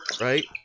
right